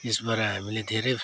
यसबाट हामीले धेरै